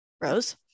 Rose